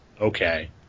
Okay